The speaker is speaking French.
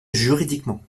juridiquement